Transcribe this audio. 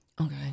okay